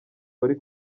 bari